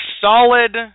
solid